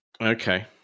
Okay